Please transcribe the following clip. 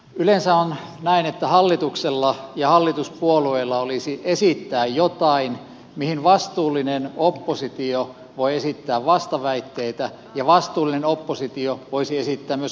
yleensä on näin että hallituksella ja hallituspuolueilla olisi esittää jotain mihin vastuullinen oppositio voi esittää vastaväitteitä ja vastuullinen oppositio voisi esittää myös oman mallinsa